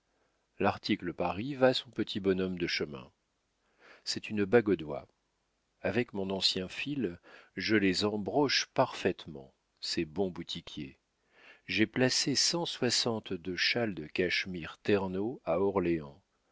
rares larticle paris va son petit bonhomme de chemin c'est une bague au doigt avec mon ancien fil je les embroche parfaitement ces bons boutiquiers j'ai placé cent soixante-deux châles de cachemire ternaux à orléans